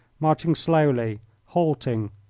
marching slowly, halting,